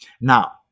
Now